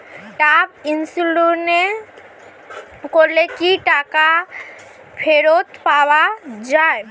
Term insurance করলে কি টাকা ফেরত পাওয়া যায়?